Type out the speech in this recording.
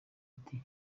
ati